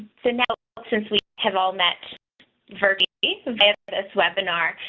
so now since we have all met verde submit this webinar,